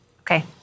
Okay